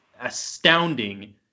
astounding